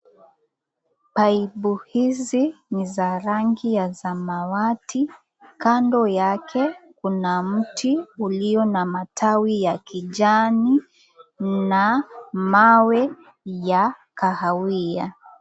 Paipu hizi ni za rangi ya samawati kando yake kuna mti uliuo na majanai ya kijani na mawe ya kahawia.